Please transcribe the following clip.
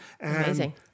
Amazing